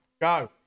go